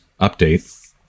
update